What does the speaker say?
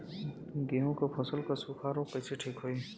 गेहूँक फसल क सूखा ऱोग कईसे ठीक होई?